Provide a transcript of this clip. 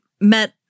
met